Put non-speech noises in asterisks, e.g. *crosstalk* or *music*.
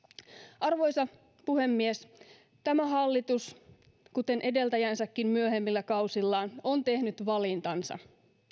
*unintelligible* arvoisa puhemies tämä hallitus kuten edeltäjänsäkin myöhemmillä kausillaan on tehnyt valintansa